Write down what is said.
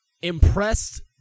impressed